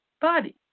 body